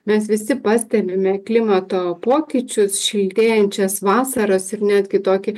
mes visi pastebime klimato pokyčius šiltėjančias vasaras ir net kitokį